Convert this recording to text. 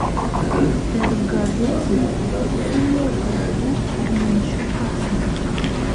per gavėnią siūlo vaizdų ir minčių pasninką